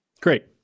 Great